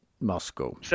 Moscow